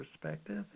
perspective